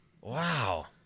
Wow